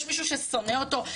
יש מישהו ששונא אותו?